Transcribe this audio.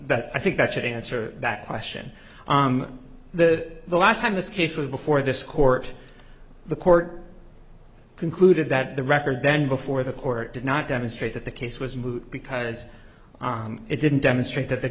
that i think that should answer that question that the last time this case was before this court the court concluded that the record then before the court did not demonstrate that the case was moot because it didn't demonstrate that the